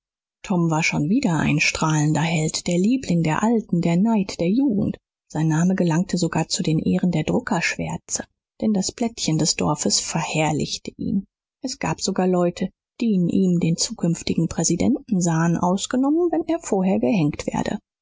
tom war schon wieder ein strahlender held der liebling der alten der neid der jugend sein name gelangte sogar zu den ehren der druckerschwärze denn das blättchen des dorfes verherrlichte ihn es gab sogar leute die in ihm den zukünftigen präsidenten sahen ausgenommen wenn er vorher gehenkt werde